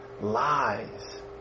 Lies